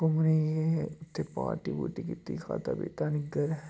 घूमने गे उत्थे पार्टी पुर्टी कीती खाद्धा पीता निग्गर ऐ